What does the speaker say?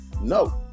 No